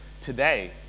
today